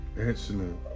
Excellent